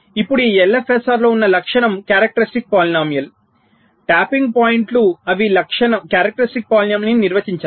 ఇప్పుడు ఈ LFSR లో ఉన్న లక్షణం బహుపది ట్యాపింగ్ పాయింట్లు అవి లక్షణం బహుపదిని నిర్వచించాయి